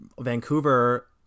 vancouver